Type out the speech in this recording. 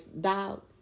dog